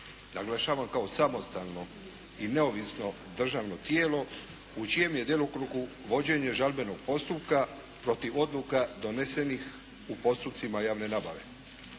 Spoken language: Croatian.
Naglašavam kao samostalno i neovisno državno tijelo u čijem je djelokrugu vođenje žalbenog postupka protiv odluka donesenih u postupcima javne nabave.